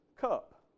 cup